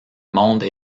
mondes